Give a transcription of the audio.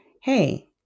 Hey